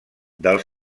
del